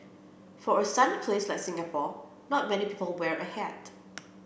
for a sunny place like Singapore not many people wear a hat